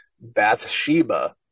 Bathsheba